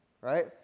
right